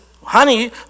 Honey